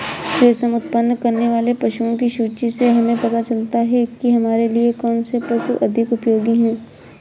रेशम उत्पन्न करने वाले पशुओं की सूची से हमें पता चलता है कि हमारे लिए कौन से पशु अधिक उपयोगी हैं